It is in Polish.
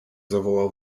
zawołał